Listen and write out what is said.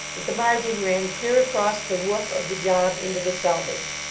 that the margin ran clear across the woof of the job into the selvedge.